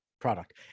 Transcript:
product